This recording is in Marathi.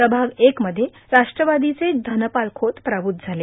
प्रभाग एकमध्ये राष्ट्रवादीचे धनपाल खोत पराभूत झाले